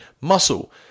Muscle